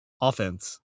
offense